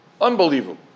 Unbelievable